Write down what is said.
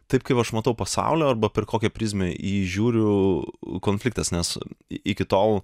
taip kaip aš matau pasaulio arba per kokią prizmę į jį žiūriu konfliktas nes iki tol